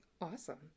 Awesome